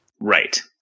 Right